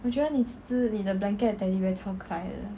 我觉得你这只你 blanket 的 teddy bear 超可爱的